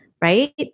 right